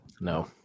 No